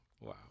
Wow